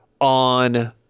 on